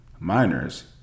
miners